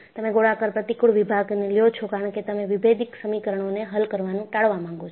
તમે ગોળાકાર પ્રતિકુળ વિભાગને લો છો કારણ કે તમે વિભેદ્ક સમીકરણોને હલ કરવાનું ટાળવવા માંગો છો